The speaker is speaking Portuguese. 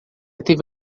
teve